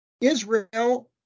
Israel